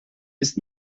ist